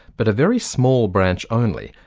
but a very small branch only,